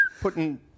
putting